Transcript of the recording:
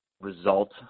result